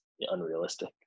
unrealistic